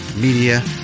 Media